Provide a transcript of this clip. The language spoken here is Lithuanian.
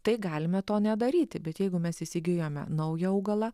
tai galime to nedaryti bet jeigu mes įsigijome naują augalą